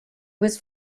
was